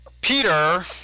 Peter